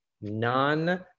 non-